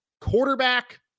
quarterback